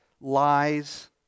lies